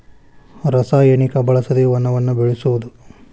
ರಸಾಯನಿಕ ಬಳಸದೆ ವನವನ್ನ ಬೆಳಸುದು